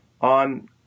on